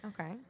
Okay